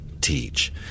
teach